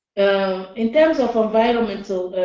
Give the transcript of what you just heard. um in terms of environmental